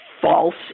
false